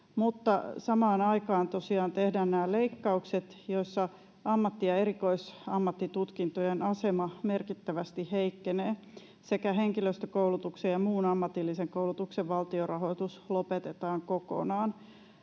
aikaan tosiaan tehdään nämä leikkaukset, joissa ammatti- ja erikoisammattitutkintojen asema merkittävästi heikkenee sekä henkilöstökoulutuksen ja muun ammatillisen koulutuksen valtionrahoitus lopetetaan kokonaan.